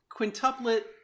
quintuplet